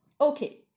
Okay